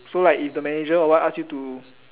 so like if the manager or what ask you to